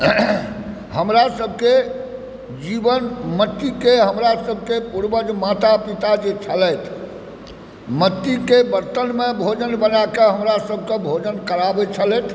हमरासभकेँ जीवन मट्टीके हमरासभकेँ पूर्वज माता पिता जे छलथि मट्टीके बर्तनमे भोजन बनाए कऽ हमरासभके भोजन कराबैत छलथि